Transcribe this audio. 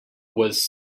was